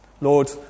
Lord